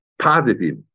positive